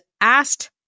asked